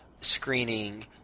screening